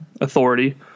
authority